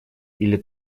или